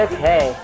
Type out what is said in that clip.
Okay